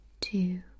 two